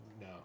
no